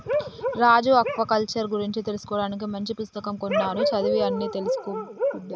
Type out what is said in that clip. రాజు aquaculture గురించి తెలుసుకోవానికి మంచి పుస్తకం కొన్నాను చదివి అన్ని తెలుసుకో బిడ్డా